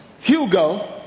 Hugo